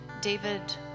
David